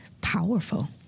powerful